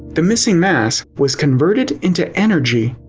the missing mass was converted into energy.